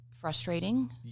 frustrating